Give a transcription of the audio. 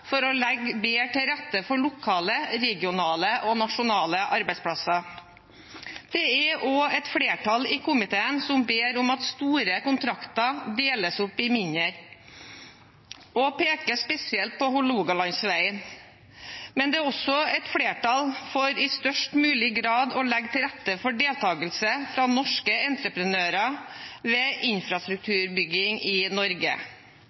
for å legge bedre til rette for lokale, regionale og nasjonale arbeidsplasser. Det er et flertall i komiteen som ber om at store kontrakter deles opp i mindre, og peker spesielt på Hålogalandsvegen, men det er også et flertall for i størst mulig grad å legge til rette for deltakelse fra norske entreprenører ved infrastrukturbygging i Norge.